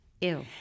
Ew